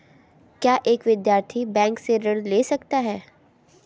क्या एक विद्यार्थी बैंक से ऋण ले सकता है?